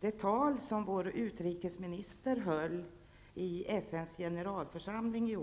det tal som Sveriges utrikesminister höll i år i FN:s generalförsamling.